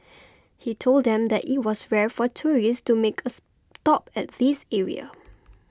he told them that it was rare for tourists to make a stop at this area